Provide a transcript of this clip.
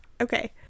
Okay